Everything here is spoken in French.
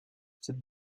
cette